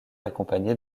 accompagné